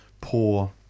poor